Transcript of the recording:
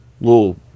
little